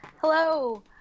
Hello